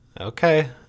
Okay